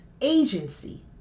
agency